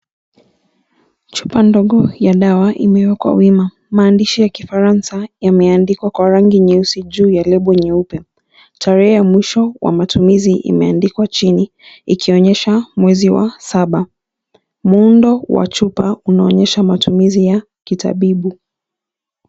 Chupa ndogo ya dawa imewekwa wima. Maandishi ya kifaransa ya meandikwa kwa rangi nyeusi juu ya lebo nyeupe. Tarehe ya mwisho wa matumizi imeandikwa chini ikionyesha mwezi wa saba. Muundo wa chupa unuonyesha matumizi ya kitabibu.